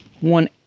one